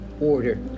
order